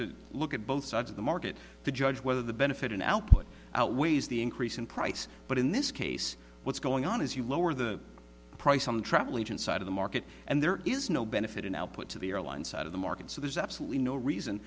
to look at both sides of the market to judge whether the benefit in output outweighs the increase in price but in this case what's going on is you lower the price on the travel agent side of the market and there is no benefit in output to the airlines out of the market so there's absolutely no reason